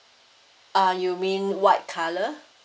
uh you mean white colour